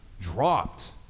dropped